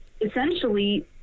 essentially